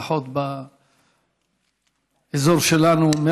לפחות באזור שלנו,